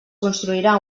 construirà